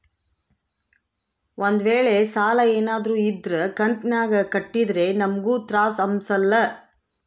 ಒಂದ್ವೇಳೆ ಸಾಲ ಏನಾದ್ರೂ ಇದ್ರ ಕಂತಿನಾಗ ಕಟ್ಟಿದ್ರೆ ನಮ್ಗೂ ತ್ರಾಸ್ ಅಂಸಲ್ಲ